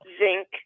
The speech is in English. zinc